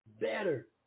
better